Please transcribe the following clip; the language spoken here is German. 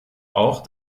auch